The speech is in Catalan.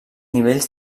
nivells